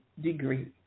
degree